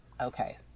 Okay